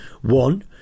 One